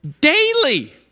daily